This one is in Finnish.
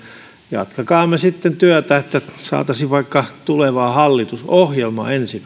jatkakaamme sitten työtä että saataisiin vaikka tulevaan hallitusohjelmaan ensi